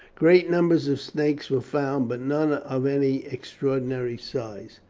great numbers of snakes were found, but none of any extraordinary size.